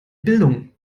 bildung